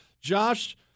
Josh